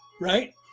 right